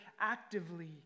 actively